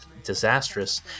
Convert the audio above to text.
disastrous